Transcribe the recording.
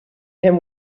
him